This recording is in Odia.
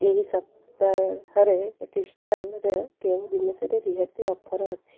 ଏହି ସପ୍ତାହରେ କ୍ରିଷ୍ଟାଲ୍ର କେଉଁ ଜିନିଷରେ ରିହାତି ଅଫର୍ ଅଛି